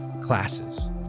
classes